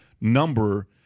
number